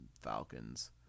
Falcons